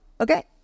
Okay